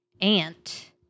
Ant